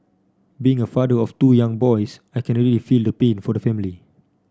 being a father of two young boys I can really feel the pain for the family